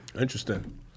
Interesting